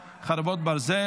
(סמכויות קצין ביקורת הגבולות ופקח),